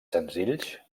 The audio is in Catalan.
senzills